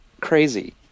crazy